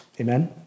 Amen